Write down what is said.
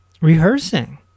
rehearsing